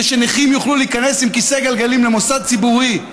כדי שנכים יוכלו להיכנס עם כיסא גלגלים למוסד ציבורי,